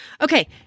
Okay